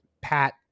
Pat